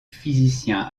physicien